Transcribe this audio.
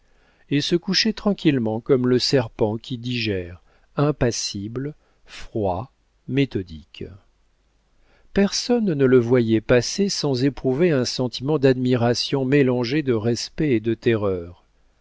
et se couchait tranquillement comme le serpent qui digère impassible froid méthodique personne ne le voyait passer sans éprouver un sentiment d'admiration mélangé de respect et de terreur